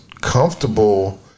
comfortable